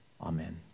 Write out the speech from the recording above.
Amen